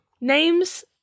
Names